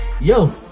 yo